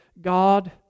God